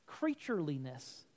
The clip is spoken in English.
creatureliness